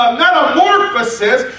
metamorphosis